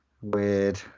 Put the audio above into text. weird